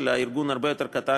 של ארגון הרבה יותר קטן,